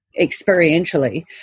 experientially